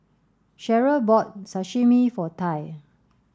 Cherryl bought Sashimi for Ty